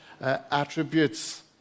attributes